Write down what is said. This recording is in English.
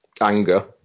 anger